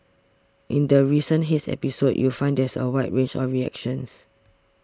in the recent haze episode you find there's a wide range of reactions